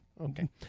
Okay